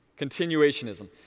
Continuationism